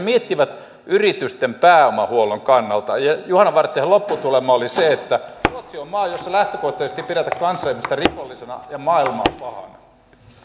miettivät yritysten pääomahuollon kannalta ja juhana vartiaisen lopputulema oli se että ruotsi on maa jossa lähtökohtaisesti ei pidetä kanssaihmistä rikollisena ja maailmaa pahana